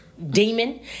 demon